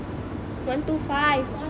one two five